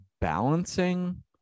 balancing